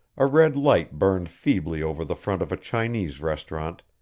a red light burned feebly over the front of a chinese restaurant,